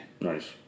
Nice